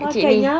picit ni